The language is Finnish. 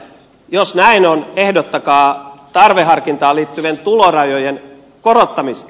jos näin on ehdottakaa tarveharkintaan liittyvien tulorajojen korottamista